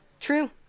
True